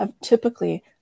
typically